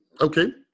Okay